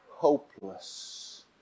Hopeless